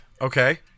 Okay